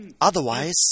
Otherwise